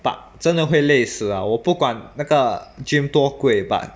but 真的会累死啊我不管那个 gym 多贵 but